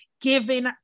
giving